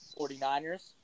49ers